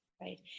Right